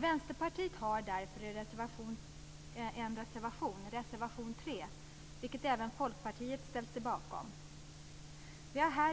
Vänsterpartiet har därför i reservation 3, vilken även Folkpartiet har ställt sig bakom,